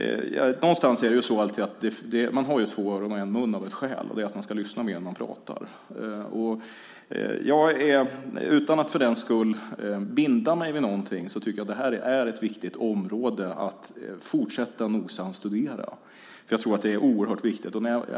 Det finns ett skäl till att man har två öron och en mun, och det är att man ska lyssna mer än man pratar. Utan att binda mig vid någonting tycker jag att det här är ett viktigt område att fortsätta att nogsamt studera. Jag tror att det är oerhört viktigt.